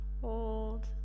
Hold